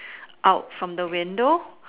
out from the window